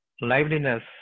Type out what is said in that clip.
Liveliness